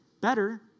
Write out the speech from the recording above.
better